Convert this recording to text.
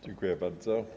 Dziękuję bardzo.